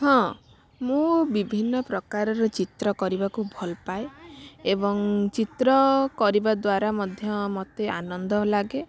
ହଁ ମୁଁ ବିଭିନ୍ନ ପ୍ରକାର ଚିତ୍ର କରିବାକୁ ଭଲପାଏ ଏବଂ ଚିତ୍ର କରିବା ଦ୍ୱାରା ମଧ୍ୟ ମୋତେ ଆନନ୍ଦ ଲାଗେ